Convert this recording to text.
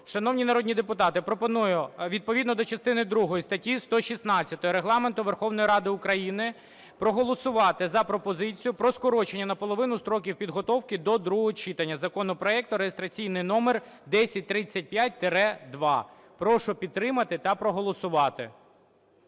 Шановні народні депутати пропоную відповідно до частини другої статті 116 Регламенту Верховної Ради України проголосувати за пропозицію про скорочення наполовину строків підготовки до другого читання законопроекту (реєстраційний номер 1035-2). Прошу підтримати та проголосувати.